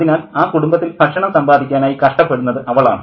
അതിനാൽ ആ കുടുംബത്തിൽ ഭക്ഷണം സമ്പാദിക്കാനായി കഷ്ടപ്പെടുന്നത് അവളാണ്